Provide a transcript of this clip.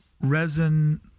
resin